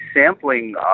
sampling